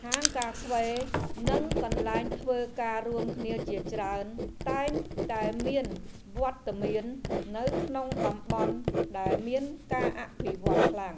ហាងកាហ្វេ និងកន្លែងធ្វើការរួមគ្នាជាច្រើន តែងតែមានវត្តមាននៅក្នុងតំបន់ដែលមានការអភិវឌ្ឍខ្លាំង។